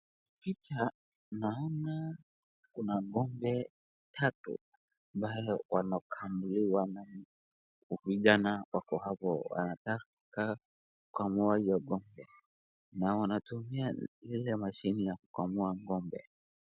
Picha naona kuna ng'ombe tatu ambao wanakamuliwa na vijana wako hawa wanataka kukamua hiyo ng'ombe na wanatumia ile mashini ya kukamua ng'ombe.